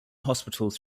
hospitals